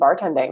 bartending